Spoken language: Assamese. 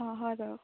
অঁ হয় বাৰু